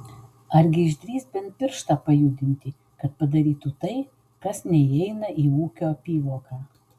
argi išdrįs bent pirštą pajudinti kad padarytų tai kas neįeina į ūkio apyvoką